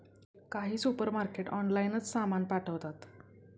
काही सुपरमार्केट ऑनलाइनच सामान पाठवतात